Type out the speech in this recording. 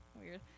weird